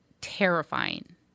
terrifying